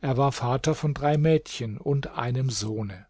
er war vater von drei mädchen und einem sohne